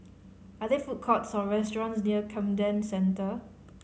are there food courts or restaurants near Camden Centre